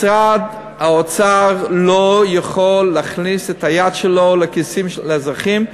משרד האוצר לא יכול להכניס את היד שלו לכיסים של האזרחים.